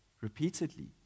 repeatedly